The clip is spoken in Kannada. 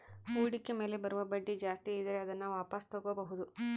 ಹೂಡಿಕೆ ಮೇಲೆ ಬರುವ ಬಡ್ಡಿ ಜಾಸ್ತಿ ಇದ್ರೆ ಅದನ್ನ ವಾಪಾಸ್ ತೊಗೋಬಾಹುದು